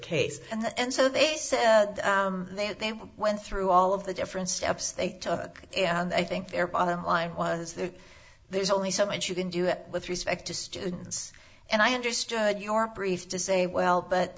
case and so they said they had they were went through all of the different steps they took and i think their bottom line was that there's only so much you can do it with respect to students and i understood your brief to say well but